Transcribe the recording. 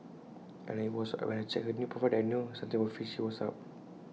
and IT was when I checked her new profile that I knew something fishy was up